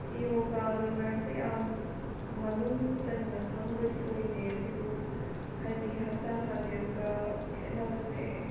ꯌꯣꯒꯥꯒꯤ ꯃꯔꯝꯁꯦ ꯌꯥꯝ ꯃꯅꯨꯡ ꯆꯟꯅ ꯈꯪꯕꯗꯤ ꯑꯣꯏꯗꯦ ꯑꯗꯨꯕꯨ ꯍꯥꯏꯗꯤ ꯍꯛꯆꯥꯡ ꯁꯥꯖꯦꯜꯒ ꯈꯦꯠꯅꯕꯁꯦ